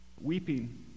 Weeping